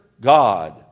God